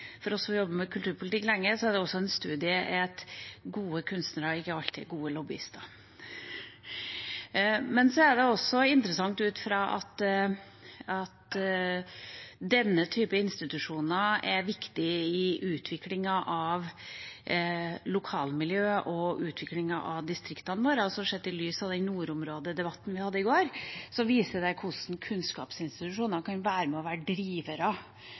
også en studie i at gode kunstnere ikke alltid er gode lobbyister. Det er også interessant ut fra at denne typen institusjoner er viktig i utviklinga av lokalmiljøet og utviklinga av distriktene våre. Sett i lys av den nordområdedebatten vi hadde i går, viser det hvordan kunnskapsinstitusjoner kan være med og være drivere